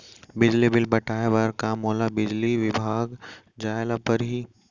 बिजली बिल पटाय बर का मोला बिजली विभाग जाय ल परही?